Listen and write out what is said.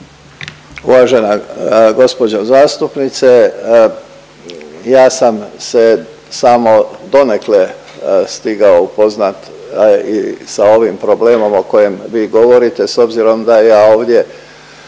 Uvažena gospođo zastupnice ja sam se samo donekle stigao upoznat i sa ovim problemom o kojem vi govorite s obzirom da ja ovdje